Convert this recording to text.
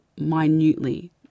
minutely